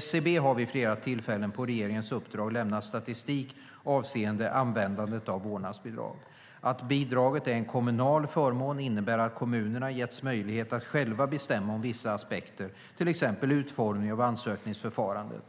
SCB har vid flera tillfällen på regeringens uppdrag lämnat statistik avseende användandet av vårdnadsbidrag. Att bidraget är en kommunal förmån innebär att kommunerna getts möjlighet att själva bestämma om vissa aspekter, till exempel utformning av ansökningsförfarandet.